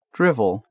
Drivel